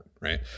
right